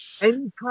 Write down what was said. anytime